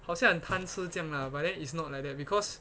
好像很贪吃这样 lah but then it's not like that because